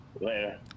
Later